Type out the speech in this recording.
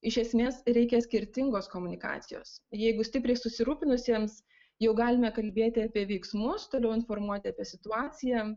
iš esmės reikia skirtingos komunikacijos jeigu stipriai susirūpinusiems jau galime kalbėti apie veiksmus toliau informuoti apie situaciją